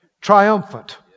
Triumphant